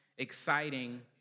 exciting